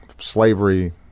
slavery